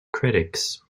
critics